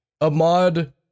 Ahmad